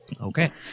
Okay